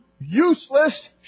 useless